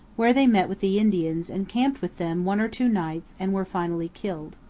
where they met with the indians and camped with them one or two nights and were finally killed.